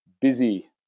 busy